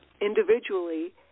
individually